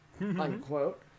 unquote